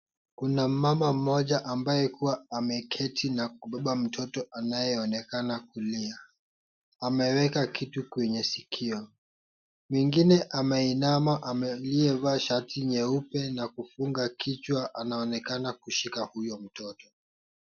Kuna mama mmoja ambaye huwa ameketi na kubeba mtoto anayeonekana kulia, ameweka kitu kwenye sikio. Mwingine ameinama amevaa shati nyeupe na kufunga kichwa anaonekana kushika huyo mtoto.